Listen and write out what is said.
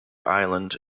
island